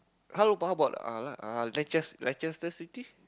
how about how about uh La~ uh La~ Lachester-City